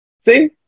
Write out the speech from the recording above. See